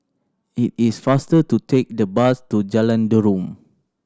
it is faster to take the bus to Jalan Derum